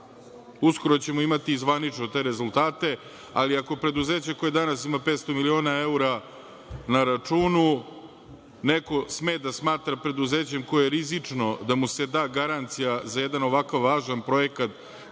Uskoro ćemo imati i zvanično te rezultate, ali ako preduzeće koje danas ima 500 miliona evra na računu neko sme da smatra preduzećem koje je rizično da mu se da garancija za jedan ovako važan projekat